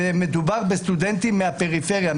סטודנטים מהפריפריה,